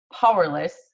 powerless